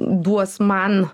duos man